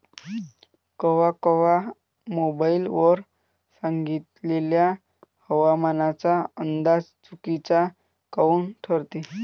कवा कवा मोबाईल वर सांगितलेला हवामानाचा अंदाज चुकीचा काऊन ठरते?